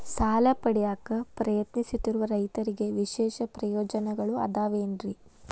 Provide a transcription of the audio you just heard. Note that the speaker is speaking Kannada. ಸಾಲ ಪಡೆಯಾಕ್ ಪ್ರಯತ್ನಿಸುತ್ತಿರುವ ರೈತರಿಗೆ ವಿಶೇಷ ಪ್ರಯೋಜನಗಳು ಅದಾವೇನ್ರಿ?